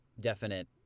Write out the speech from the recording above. definite